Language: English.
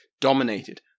dominated